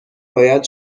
باید